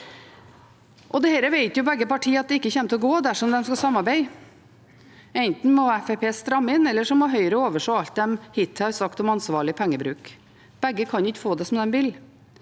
Dette vet begge partier at ikke kommer til å gå dersom de skal samarbeide. Enten må Fremskrittspartiet stramme inn, eller så må Høyre overse alt de hittil har sagt om ansvarlig pengebruk. Begge kan ikke få det som de vil.